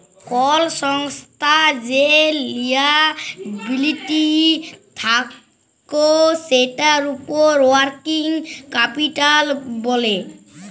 call সংস্থার যে liability থাক্যে সেটার উপর ওয়ার্কিং ক্যাপিটাল ব্যলে